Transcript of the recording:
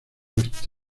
oeste